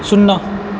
सुन्ना